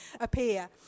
appear